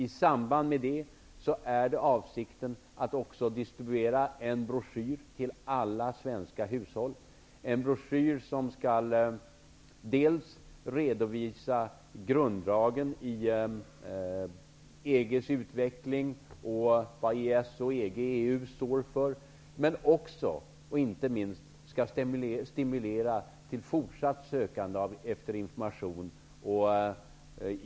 I samband med detta är det vår avsikt att också distribuera en broschyr till alla svenska hushåll. Den skall redovisa grunddragen i EG:s utveckling och vad EES och EG står för, och inte minst stimulera till fortsatt sökande efter information.